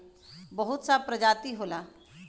बहुत सा प्रजाति होला